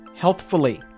healthfully